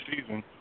season